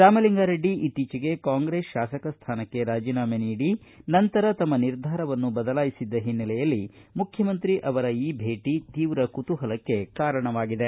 ರಾಮಲಿಂಗಾರೆಡ್ಡಿ ಇತ್ತೀಚೆಗೆ ಕಾಂಗ್ರೆಸ್ ಶಾಸಕ ಸ್ಥಾನಕ್ಕೆ ರಾಜೀನಾಮೆ ನೀಡಿ ನಂತರ ತಮ್ಮ ನಿರ್ಧಾರವನ್ನು ಬದಲಾಯಿಸಿದ್ದ ಹಿನ್ನೆಲೆಯಲ್ಲಿ ಮುಖ್ಯಮಂತ್ರಿ ಈ ಭೇಟಿ ತೀವ್ರ ಕುತೂಹಲಕ್ಕೆ ಕಾರಣವಾಗಿದೆ